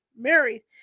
Mary